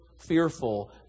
fearful